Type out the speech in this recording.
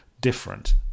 different